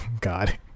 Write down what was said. God